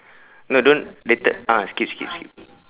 no don't later ah skip skip skip